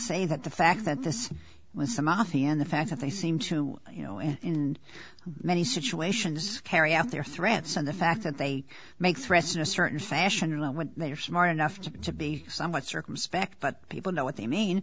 say that the fact that this was some of the and the fact that they seem to you know and in many situations carry out their threats and the fact that they make threats in a certain fashion when they are smart enough to to be somewhat circumspect but people know what they mean